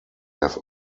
have